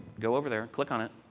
go over there, click on it,